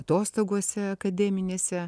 atostogose akademinėse